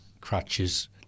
crutches